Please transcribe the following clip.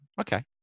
okay